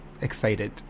excited